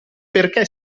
perché